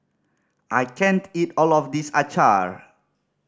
I can't eat all of this acar